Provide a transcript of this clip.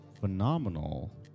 phenomenal